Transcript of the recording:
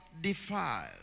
Defiled